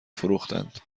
فروختند